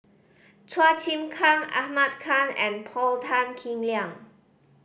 Chua Chim Kang Ahmad Khan and Paul Tan Kim Liang